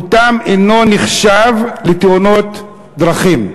מותם אינו נחשב לתאונות דרכים.